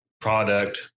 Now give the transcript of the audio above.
product